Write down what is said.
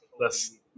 less